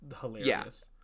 hilarious